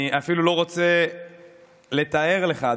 אני אפילו לא רוצה לתאר לך,